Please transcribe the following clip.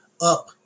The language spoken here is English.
up